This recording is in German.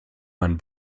man